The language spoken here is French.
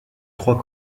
trois